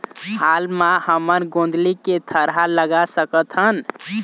हाल मा हमन गोंदली के थरहा लगा सकतहन?